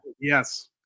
Yes